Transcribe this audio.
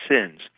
sins